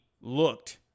looked